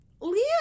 Leah